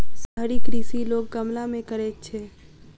शहरी कृषि लोक गमला मे करैत छै